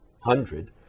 hundred